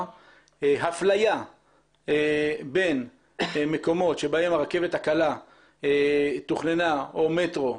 אפליה בין מקומות שבהם הרכבת הקלה או מטרו,